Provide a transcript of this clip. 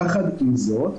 יחד עם זאת,